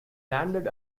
landed